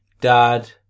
dad